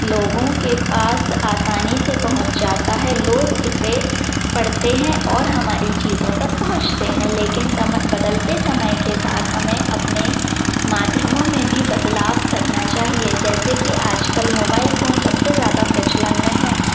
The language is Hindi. लोगों के पास आसानी से पहुँच जाता है लोग इसे पढ़ते हैं और हमारी चीज़ों तक पहुँचते हैं लेकिन समय बदलते समय के साथ हमें अपने माध्यमों में भी बदलाव करना चाहिए जैसे कि आजकल मोबाइल फोन सबसे ज़्यादा प्रचलन में है